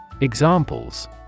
Examples